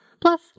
plus